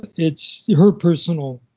it's her personal